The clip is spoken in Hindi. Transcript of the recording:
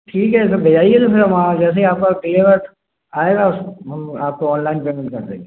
ठीक है सर भेजाइए तो फिर हम जैसे ही आपका डिलीवर्ट आएगा हम आपको ऑनलाइन पेमेंट कर देंगे